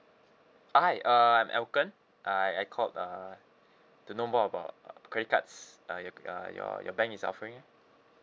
hi err I'm elkon I I called err to know more about uh credit cards uh your uh your bank is offering